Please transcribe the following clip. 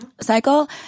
cycle